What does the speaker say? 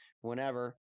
whenever